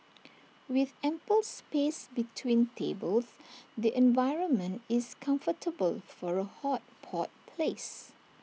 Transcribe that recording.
with ample space between tables the environment is comfortable for A hot pot place